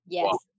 Yes